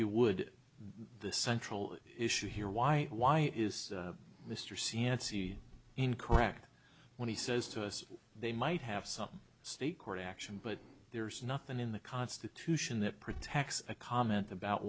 you would the central issue here why why is mr c n c incorrect when he says to us they might have some state court action but there's nothing in the constitution that protects a comment about